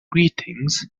greetings